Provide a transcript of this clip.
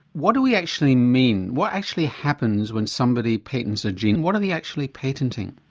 what do we actually mean, what actually happens when somebody patents a gene? what are they actually patenting?